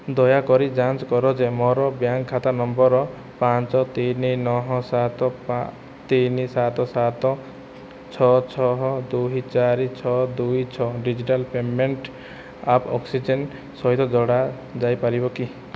ଦୟାକରି ଯାଞ୍ଚ କର ଯେ ମୋର ବ୍ୟାଙ୍କ ଖାତା ନମ୍ବର ପାଞ୍ଚ ତିନି ନଅ ସାତ ତିନି ସାତ ସାତ ଛଅ ଛଅ ଦୁଇ ଚାରି ଛଅ ଦୁଇ ଛଅ ଡିଜିଟାଲ୍ ପେମେଣ୍ଟ ଆପ୍ ଅକ୍ସିଜେନ୍ ସହିତ ଯୋଡ଼ା ଯାଇପାରିବ କି